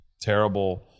terrible